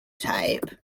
type